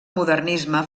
modernisme